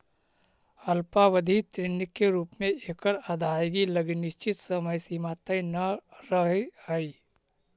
अल्पावधि ऋण के रूप में एकर अदायगी लगी निश्चित समय सीमा तय न रहऽ हइ